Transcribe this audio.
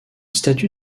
statue